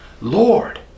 Lord